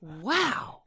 Wow